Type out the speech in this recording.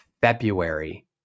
February